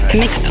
mix